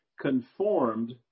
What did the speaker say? conformed